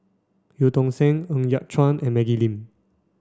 Eu Tong Sen Ng Yat Chuan and Maggie Lim